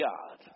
God